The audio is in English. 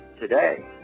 today